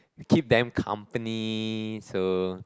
keep them company so